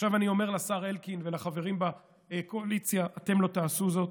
עכשיו אני אומר לשר אלקין ולחברים בקואליציה: אתם לא תעשו זאת,